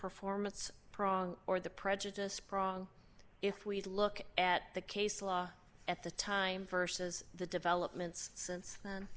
performance prong or the prejudiced prong if we look at the case law at the time versus the developments since